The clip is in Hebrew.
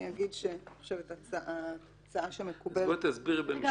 אני אגיד שאני חושבת שההצעה שמקובלת --- אז תסבירי במשפט.